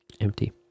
empty